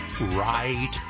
right